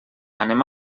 anem